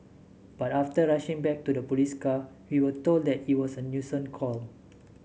but after rushing back to the police car we were told that it was a nuisance call